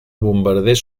bombarders